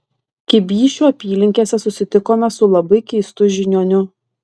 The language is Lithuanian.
kibyšių apylinkėse susitikome su labai keistu žiniuoniu